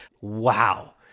Wow